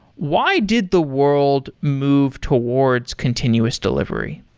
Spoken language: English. why did the world move towards continuous delivery?